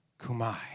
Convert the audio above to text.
kumai